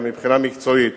גם מבחינה מקצועית.